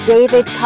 David